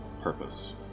purpose